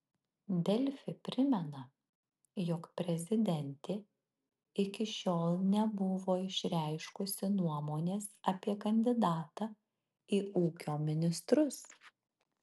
delfi primena jog prezidentė iki šiol nebuvo išreiškusi nuomonės apie kandidatą į ūkio ministrus